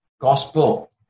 gospel